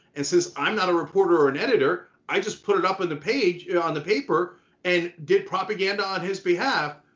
and since i'm not a reporter or an editor, i just put it up on the page, yeah on the paper and get propaganda on his behalf.